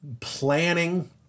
planning